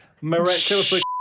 miraculously